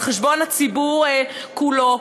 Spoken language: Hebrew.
על חשבון הציבור כולו.